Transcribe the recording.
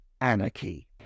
anarchy